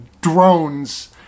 drones